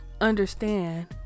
understand